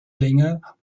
länger